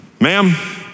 Ma'am